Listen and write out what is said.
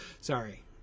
sorry